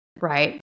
Right